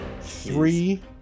three